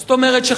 זאת אומרת,